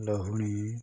ଲହୁଣୀ